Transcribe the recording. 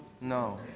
No